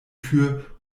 tür